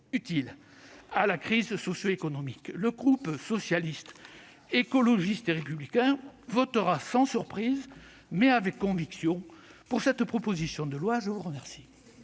utile à la crise socioéconomique. Le groupe Socialiste, Écologiste et Républicain votera, sans surprise, mais avec conviction, pour cette proposition de loi. La parole